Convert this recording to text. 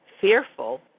fearful